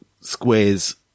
squares